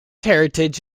heritage